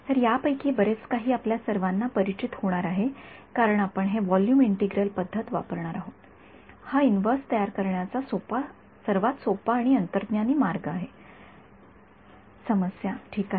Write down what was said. तर यापैकी बरेच काही आपल्या सर्वांना परिचित होणार आहे कारण आपण हे व्हॉल्यूम इंटिग्रल पद्धत वापरणार आहोत हा इन्व्हर्स तयार करण्याचा सर्वात सोपा आणि अंतर्ज्ञानी मार्ग आहे संदर्भः वेळ 0१0५ समस्या ठीक आहे